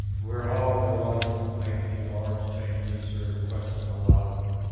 we're all reluctant to make any large changes or question a lot of